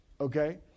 okay